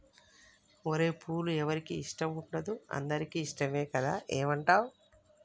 ఓరై పూలు ఎవరికి ఇష్టం ఉండదు అందరికీ ఇష్టమే కదా ఏమంటావ్